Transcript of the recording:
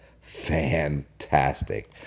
fantastic